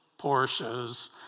Porsches